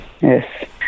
Yes